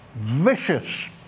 Vicious